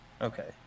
okay